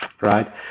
Right